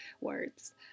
Words